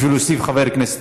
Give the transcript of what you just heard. בשביל להוסיף חבר כנסת.